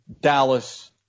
Dallas